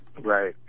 Right